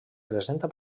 presenta